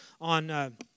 on